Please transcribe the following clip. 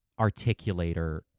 articulator